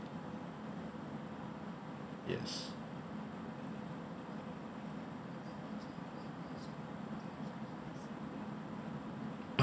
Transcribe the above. yes